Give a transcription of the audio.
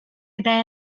eta